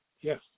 Yes